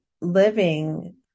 living